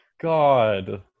God